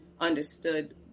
understood